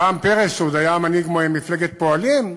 פעם פרס, כשהוא עוד היה מנהיג מפלגת פועלים,